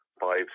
five